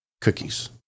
cookies